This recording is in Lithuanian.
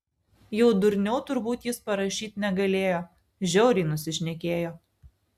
jau durniau turbūt jis parašyt negalėjo žiauriai nusišnekėjo